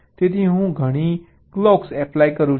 તેથી હું ઘણી કલોક્સ એપ્લાય કરું છું